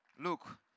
Look